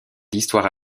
d’histoire